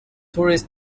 tourist